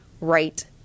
right